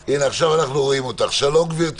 הוועדה צריכה לקיים איזשהו דיון לגבי